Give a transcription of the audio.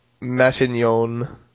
Matignon